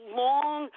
long